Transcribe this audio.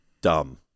dumb